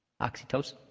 Oxytocin